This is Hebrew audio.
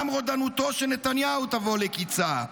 גם רודנותו של נתניהו תבוא לקיצה.